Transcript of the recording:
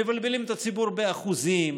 מבלבלים את הציבור באחוזים.